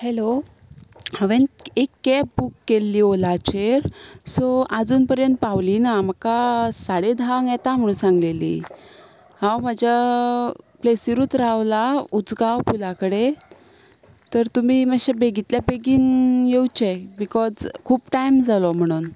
hello हांवेन एक cab book केल्ली ओलाचेर सो आजून पर्यंत पावली ना म्हाका साडे धांक येता म्हणून सांगलेली हांव म्हज्या प्लेसीरूत रावला उजगांव पुला कडेन तर तुमी मातशे बेगीतल्या बेगीन येवचे बिकॉज खूब टायम जालो म्हणून